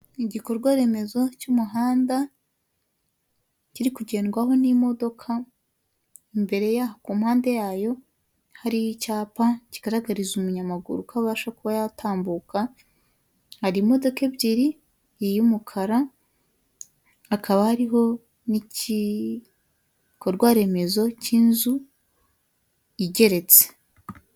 Igikorwaremezo cy'umuhanda kiri kugendwaho n'imodoka, imbere yaho ku mpande yayo hariho icyapa kigaragariza umunyamaguru ko abasha kuba yatambuka, hari imodoka ebyiri iy'umukara hakaba hariho n'ikikorwaremezo cy'inzu igeretse.